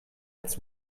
its